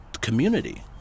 community